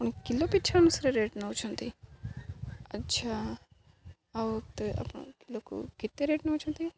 ଆପଣ କିଲୋ ପିଛା ଅନୁସାରେ ରେଟ୍ ନଉଛନ୍ତି ଆଚ୍ଛା ଆଉ ତ ଆପଣ କିଲୋକୁ କେତେ ରେଟ୍ ନଉଛନ୍ତି